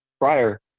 prior